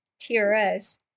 TRS